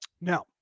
Now